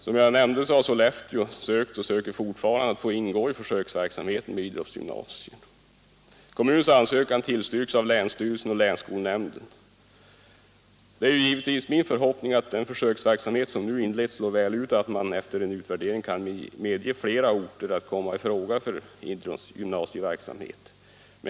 Som jag nämnde har Sollefteå ansökt och ansöker fortfarande om att få ingå i försöksverksamheten med idrottsgymnasier. Kommunens ansökan tillstyrks av länsstyrelsen och länsskolnämnden. Det är givetvis min förhoppning att den försöksverksamhet som nu inleds slår väl ut och att man efter en utvärdering kan medge fler orter att komma i fråga för idrottsgymnasieverksamhet.